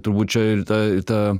turbūt čia ir ta ta